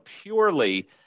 purely